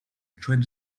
train